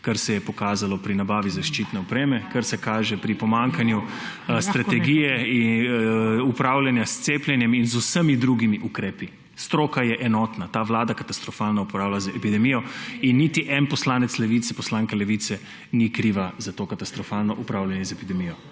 kar se je pokazalo pri nabavi zaščitene opreme, kar se kaže pri pomanjkanju strategije upravljanja s cepljenjem in z vsemi drugimi ukrepi. Stroka je enotna, ta vlada katastrofalno upravlja z epidemijo in niti en poslanec Levice, poslanka Levice ni kriva za to katastrofalno upravljanje z epidemijo.